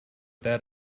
that